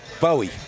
Bowie